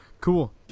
Cool